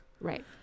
Right